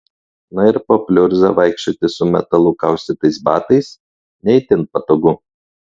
na ir po pliurzą vaikščioti su metalu kaustytais batais ne itin patogu